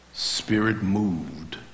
Spirit-moved